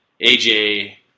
AJ